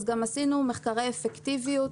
אז גם עשינו מחקרי אפקטיביות,